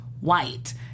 white